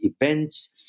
events